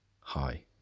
Hi